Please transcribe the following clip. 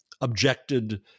objected